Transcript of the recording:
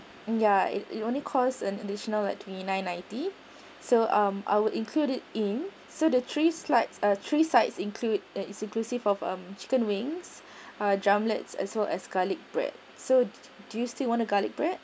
ya it it only cost an additional at twenty nine ninety so um I will include it in so the three slides uh three sides include is inclusive of a chicken wings uh drumlets as well as garlic bread so do you still want the garlic bread